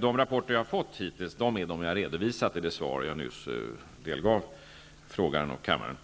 De rapporter jag hittills har fått är de som jag har redovisat i det svar som jag nyss delgav frågeställaren och kammaren.